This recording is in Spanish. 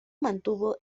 mantuvo